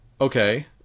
Okay